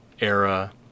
era